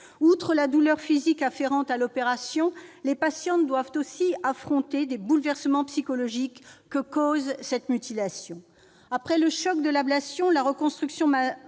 Outre la douleur physique afférente à l'opération, les patientes doivent aussi affronter les bouleversements psychologiques que cause cette mutilation. Après le choc de l'ablation, la reconstruction